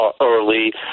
early